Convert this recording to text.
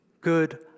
good